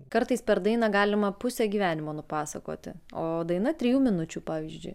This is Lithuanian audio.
kartais per dainą galima pusę gyvenimo nupasakoti o daina trijų minučių pavyzdžiui